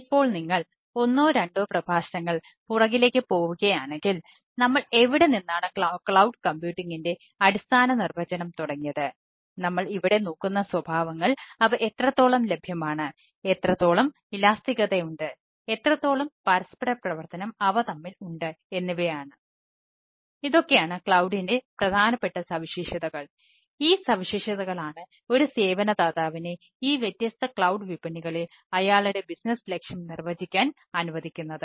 ഇപ്പോൾ നിങ്ങൾ ഒന്നോ രണ്ടോ പ്രഭാഷണങ്ങൾ പുറകിലേക്ക് പോവുകയാണെങ്കിൽ നമ്മൾ എവിടെ നിന്നാണു ക്ലൌഡ് കമ്പ്യൂട്ടിംഗിൻറെ വിപണികളിൽ അയാളുടെ ബിസിനസ് ലക്ഷ്യം നിർവചിക്കാൻ അനുവദിക്കുന്നത്